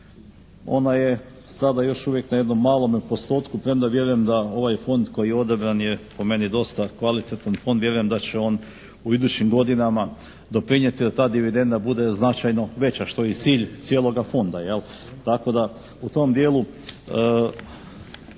ona je sada još uvijek na jednome malome postotku, premda vjerujem da ovaj Fond koji odabran je po meni dosta kvalitetan fond. Vjerujem da će on u idućim godinama doprinijeti da ta dividenda bude značajno veća, što je i cilj cijeloga Fonda, jel. Tako da u tom dijelu